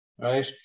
right